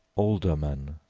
alderman,